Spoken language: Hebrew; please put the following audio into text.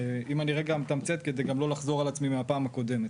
אם אני רגע מתמצת כדי לא לחזור על עצמי מהפעם הקודמת.